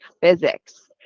physics